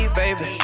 baby